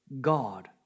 God